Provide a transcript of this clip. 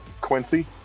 Quincy